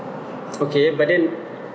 okay but then